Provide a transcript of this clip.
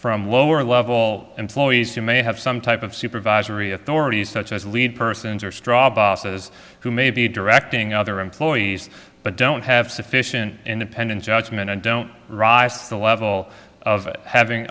from lower level employees who may have some type of supervisory authority such as lead persons or straw bosses who may be directing other employees but don't have sufficient independent judgment and don't rise to the level of having